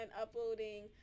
uploading